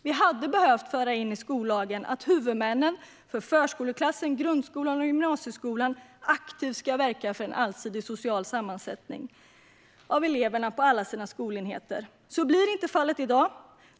Vi hade behövt föra in i skollagen att huvudmännen för förskoleklassen, grundskolan och gymnasieskolan aktivt ska verka för en allsidig social sammansättning av eleverna på sina skolenheter. Så blir inte fallet i dag.